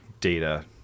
data